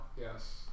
Yes